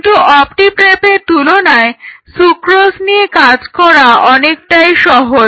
কিন্তু অপ্টি প্রেপের তুলনায় সুক্রোজ নিয়ে কাজ করা অনেকটাই সহজ